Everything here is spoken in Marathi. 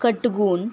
कटगून